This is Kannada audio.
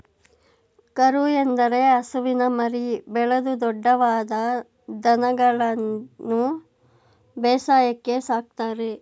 ಕರು ಎಂದರೆ ಹಸುವಿನ ಮರಿ, ಬೆಳೆದು ದೊಡ್ದವಾದ ದನಗಳನ್ಗನು ಬೇಸಾಯಕ್ಕೆ ಸಾಕ್ತರೆ